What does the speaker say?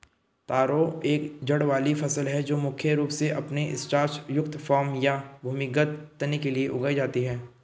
तारो एक जड़ वाली फसल है जो मुख्य रूप से अपने स्टार्च युक्त कॉर्म या भूमिगत तने के लिए उगाई जाती है